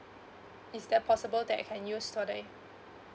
is that possible that I can use today